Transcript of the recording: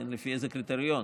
לפי איזה קריטריון?